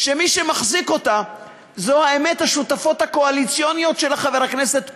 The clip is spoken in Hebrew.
שמי שמחזיק אותה זה השותפות הקואליציוניות של חבר הכנסת פרי.